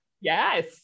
Yes